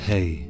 Hey